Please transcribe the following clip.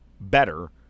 better